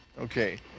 Okay